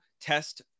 test